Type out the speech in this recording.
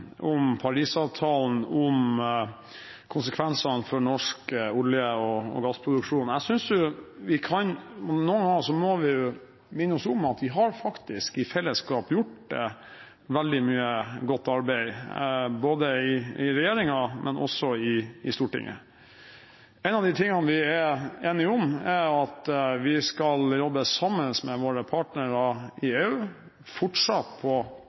om Paris-avtalen og konsekvensene for norsk olje- og gassproduksjon. Jeg synes at vi noen ganger må minne oss selv på at vi i fellesskap faktisk har gjort veldig mye godt arbeid, både i regjeringen og i Stortinget. En av de tingene vi er enige om, er at vi fortsatt skal jobbe sammen med våre partnere i EU